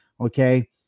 Okay